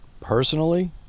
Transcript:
Personally